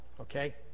Okay